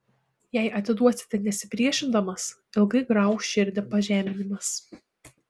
jei atiduosite nesipriešindamas ilgai grauš širdį pažeminimas